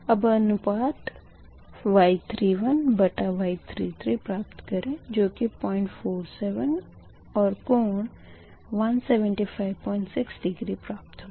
अब अनुपात Y31 बटा Y33 प्राप्त करेंगे जो की 047 और कोण 1756 डिग्री प्राप्त होगा